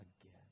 again